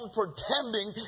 pretending